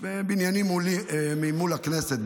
בבניינים מול הכנסת,